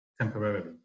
temporarily